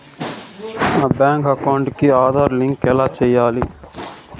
నా bank account కి Aadhaar link ఎలా సేయాలి